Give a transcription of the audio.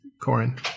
Corin